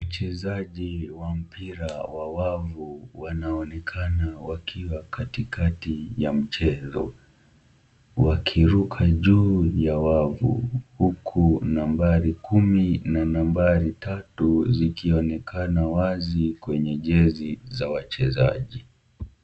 Wachezaji wa mpira wa wavu wanaonekana wakiwa katikati ya mchezo wakiruka juu ya wavu huku nambari kumi na nambari tatu zikionekana wazi kwenye jezi za wachezaji.